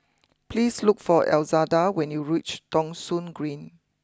please look for Elzada when you reach Thong Soon Green